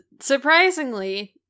surprisingly